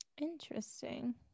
Interesting